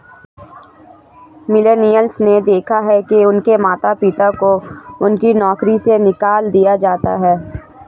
millennials ने देखा है कि उनके माता पिता को उनकी नौकरी से निकाल दिया जाता है